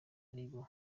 aribo